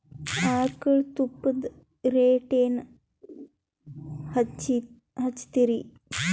ಆಕಳ ತುಪ್ಪದ ರೇಟ್ ಏನ ಹಚ್ಚತೀರಿ?